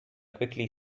quickly